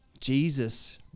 Jesus